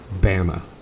Bama